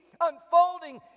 unfolding